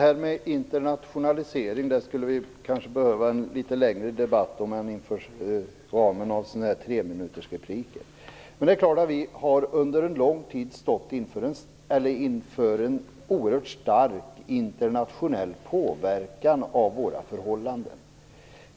Fru talman! Vi skulle kanske behöva litet längre tid för en debatt om internationaliseringen än några treminutersrepliker. Vi har under lång tid stått inför en oerhört stark internationell påverkan av våra förhållanden.